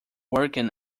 working